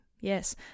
yes